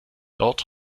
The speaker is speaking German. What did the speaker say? dort